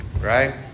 right